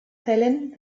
fällen